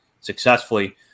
successfully